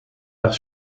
naar